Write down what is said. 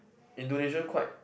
Indonesia quite